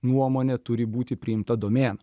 nuomonė turi būti priimta domėn